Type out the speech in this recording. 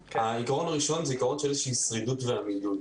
העיקרון הראשון זה העיקרון של איזה שהיא שרידות ועמידות.